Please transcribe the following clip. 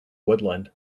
woodland